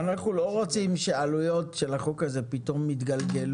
אנחנו לא רוצים שעלויות של החוק הזה פתאום יתגלגלו